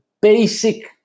basic